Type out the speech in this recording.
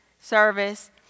service